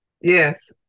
Yes